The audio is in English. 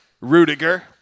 Rudiger